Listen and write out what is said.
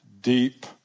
deep